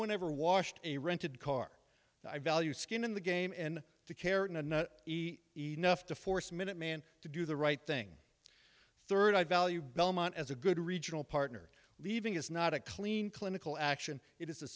one ever washed a rented car i valued skin in the game and to care in an easy enough to force minuteman to do the right thing third i value belmont as a good regional partner leaving is not a clean clinical action it is